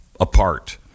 apart